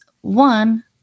one –